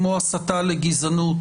כמו למשל הסתה לגזענות,